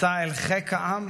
מסע אל חיק העם